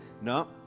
no